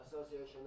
Association